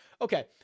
okay